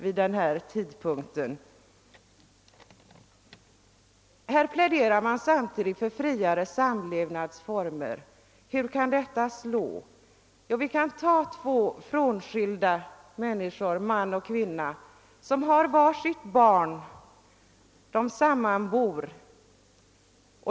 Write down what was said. Jämsides med denna diskussion pläderades det för friare samlevnadsformer. Vilka resultat kan då sådana leda till i detta sammanhang? Låt oss se på hur effekten blir för två sammanboende frånskilda, som har var sitt barn födda i tidigare äktenskap.